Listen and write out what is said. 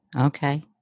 Okay